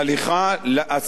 להסכמה,